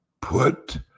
Put